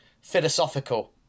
philosophical